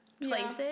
places